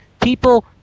People